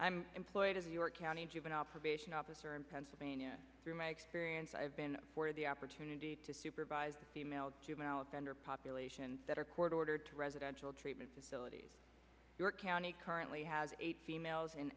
i'm employed as a new york county juvenile probation officer in pennsylvania through my experience i have been for the opportunity to supervise female juvenile offender populations that are court ordered to residential treatment facilities your county currently has a the males